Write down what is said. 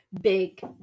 big